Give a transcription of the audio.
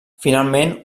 finalment